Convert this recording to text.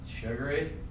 Sugary